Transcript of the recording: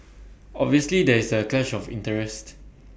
obviously there is A clash of interest